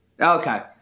Okay